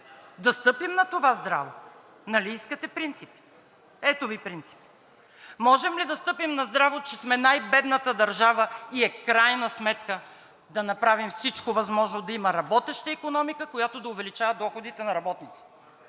Да стъпим на това здраво, нали искате принципи! Ето Ви принципи. Можем ли да стъпим на здраво, че сме най-бедната държава и в крайна сметка да направим всичко възможно да има работеща икономика, която да увеличава доходите на работниците,